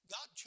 God